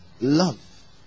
Love